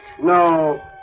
No